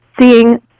seeing